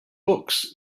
books